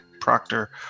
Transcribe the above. proctor